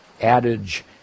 adage